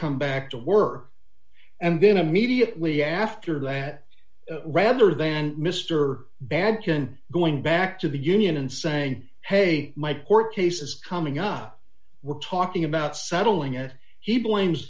come back to work and then immediately after that rather than mr bad can going back to the union and saying hey my court cases coming up we're talking about settling it he blames